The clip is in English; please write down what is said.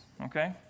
okay